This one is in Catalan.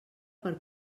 per